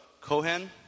Cohen